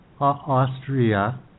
Austria